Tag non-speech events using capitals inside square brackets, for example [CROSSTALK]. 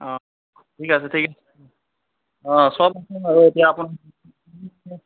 অঁ ঠিক আছে ঠিক আছে অঁ চব আৰু এতিয়া [UNINTELLIGIBLE]